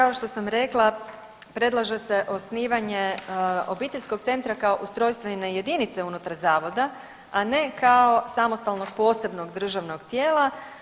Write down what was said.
Kao što sam rekla, predlaže se osnivanje obiteljskog centra kao ustrojstvene jedinice unutar zavoda, a ne kao samostalnog posebnog državnog tijela.